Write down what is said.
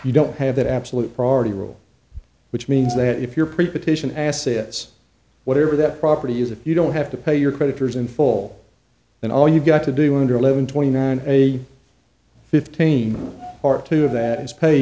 you don't have that absolute priority rule which means that if you're prepared to an asset is whatever that property is if you don't have to pay your creditors in full and all you've got to do under eleven twenty nine a fifteen part two of that is pay